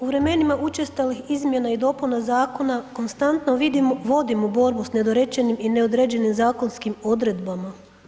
U vremenima učestalih izmjena i dopuna zakona konstantno vodimo borbu s nedorečenim i neodređenim zakonskim odredbama.